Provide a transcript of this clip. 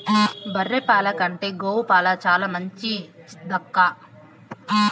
బర్రె పాల కంటే గోవు పాలు చాలా మంచిదక్కా